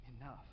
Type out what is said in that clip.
enough